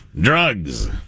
drugs